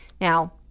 Now